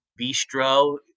bistro